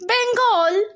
Bengal